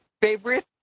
favorite